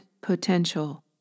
potential